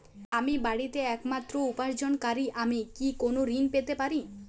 আমি বাড়িতে একমাত্র উপার্জনকারী আমি কি কোনো ঋণ পেতে পারি?